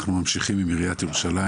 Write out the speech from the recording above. אנחנו ממשיכים עם עיריית ירושלים,